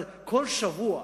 אבל כל שבוע,